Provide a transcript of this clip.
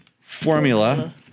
formula